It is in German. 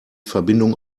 verbindung